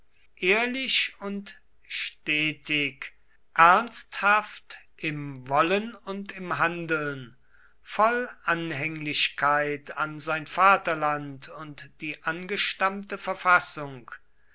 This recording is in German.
ehrlich und stetig ernsthaft im wollen und im handeln voll anhänglichkeit an sein vaterland und die angestammte verfassung